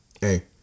hey